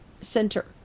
Center